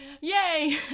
Yay